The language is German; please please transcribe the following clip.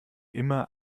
immer